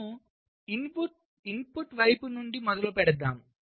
మనము ఇన్పుట్ వైపు నుండి మొదలుపెడతాం